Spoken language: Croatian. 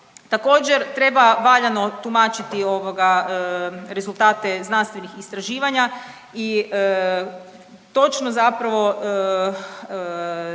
Također treba valjano tumačiti ovoga rezultate znanstvenih istraživanja i točno zapravo